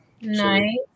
Nice